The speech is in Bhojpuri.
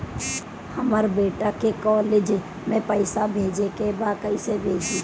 हमर बेटा के कॉलेज में पैसा भेजे के बा कइसे भेजी?